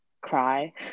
cry